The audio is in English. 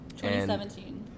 2017